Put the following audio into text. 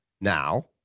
now